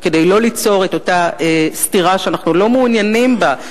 כדי לא ליצור את אותה סתירה שאנחנו לא מעוניינים בה,